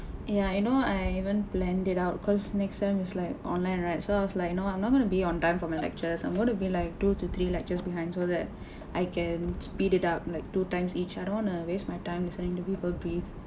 ya you know I even planned it out cause next sem is like online right so I was like you know I'm not going to be on time for my lectures I'm going to be like two to three lectures behind so that I can speed it up like two times each I don't wanna waste my time listening to people breathe